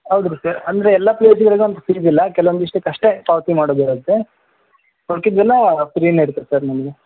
ಯಾವ್ದ್ರದ್ದು sir ಅಂದರೆ ಎಲ್ಲ ಪ್ಲೇಸ್ಗಳಿಗೊಂದು ಫೀಸ್ ಇಲ್ಲ ಕೆಲವೊಂದು ಇಷ್ಟಕ್ಕೆ ಅಷ್ಟೇ ಪಾವತಿ ಮಾಡೋದು ಇರುತ್ತೆ ಮಿಕ್ಕಿದ್ದನ್ನೆಲ್ಲ ಫ್ರೀನೆ ಇರುತ್ತೆ ಸರ್ ನಮಗೆ